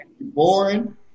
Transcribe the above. boring